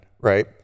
right